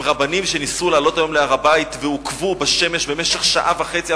עם רבנים שניסו לעלות היום להר-הבית ועוכבו בשמש במשך שעה וחצי,